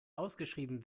ausgeschrieben